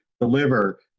deliver